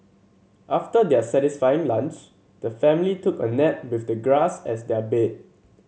after their satisfying lunch the family took a nap with the grass as their bed